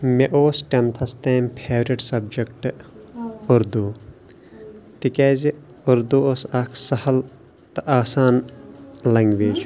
مےٚ اوس ٹٮ۪نتھس تام فیورِٹ سَبجَکٹ اُردو تِکیٛازِ اُردو اوس اَکھ سہل تہٕ آسان لینٛگویج